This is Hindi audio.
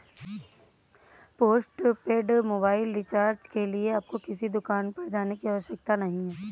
पोस्टपेड मोबाइल रिचार्ज के लिए आपको किसी दुकान पर जाने की आवश्यकता नहीं है